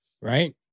Right